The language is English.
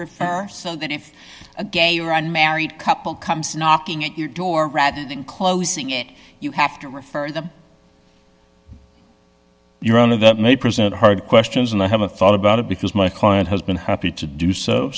refer so that if a gay or unmarried couple comes knocking at your door rather than closing it you have to refer them your own of that may present hard questions and i have a thought about it because my client has been happy to do so